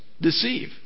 Deceive